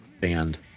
band